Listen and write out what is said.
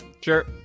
Sure